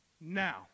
now